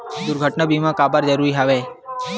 दुर्घटना बीमा काबर जरूरी हवय?